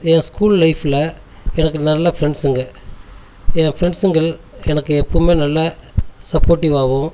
என் school லைப்பில் எனக்கு நல்ல ஃப்ரெண்ட்ஸ்சுங்க ஃப்ரெண்ட்ஸ்சுங்கள் எனக்கு எப்போமே நல்ல சப்போட்டிவாவும்